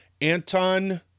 Anton